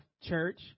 church